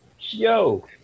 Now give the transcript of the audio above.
yo